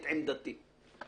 את עמדתי.